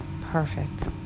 Perfect